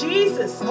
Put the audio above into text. Jesus